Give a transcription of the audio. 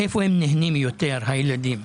איפה הם נהנים יותר, הילדים?